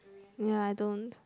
ya I don't